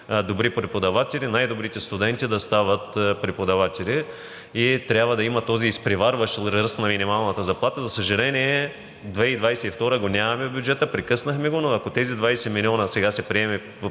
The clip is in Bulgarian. добри преподаватели – най-добрите студенти да стават преподаватели, и трябва да има този изпреварващ ръст на минималната заплата. За съжаление, през 2022 г. го нямаме в бюджета – прекъснахме го, но ако сега се приеме